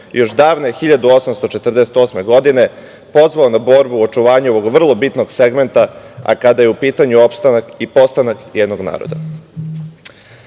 još davne 1848. godine pozvao na borbu očuvanju ovog vrlo bitnog segmenta, a kada je u pitanju opstanak i postanak jednog naroda. Na